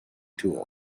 tool